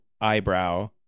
eyebrow